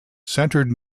centred